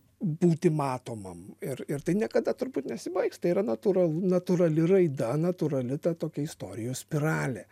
būti matomam ir ir tai niekada turbūt nesibaigs tai yra natūral natūrali raida natūrali ta tokia istorijos spiralė